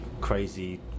crazy